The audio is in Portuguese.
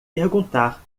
perguntar